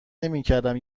نمیکردم